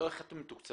איך אתם מתוקצבים?